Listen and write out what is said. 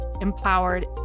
empowered